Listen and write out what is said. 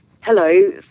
hello